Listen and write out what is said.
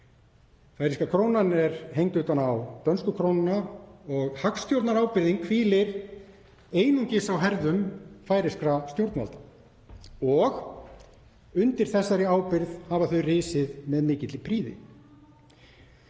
Færeyska krónan er hengd utan á dönsku krónuna og hagstjórnarábyrgðin hvílir einungis á herðum færeyskra stjórnvalda. Undir þessari ábyrgð hafa þau risið með mikilli prýði.